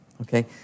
Okay